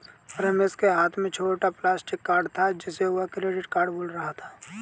रमेश के हाथ में छोटा प्लास्टिक कार्ड था जिसे वह क्रेडिट कार्ड बोल रहा था